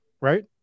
right